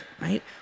Right